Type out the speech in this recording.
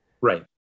right